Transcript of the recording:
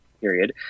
period